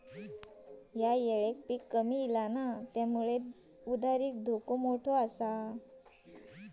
ह्या येळेक पीक कमी इल्यामुळे उधार धोका मोठो आसा